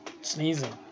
sneezing